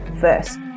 first